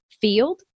field